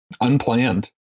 Unplanned